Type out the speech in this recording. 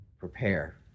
Prepare